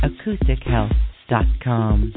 AcousticHealth.com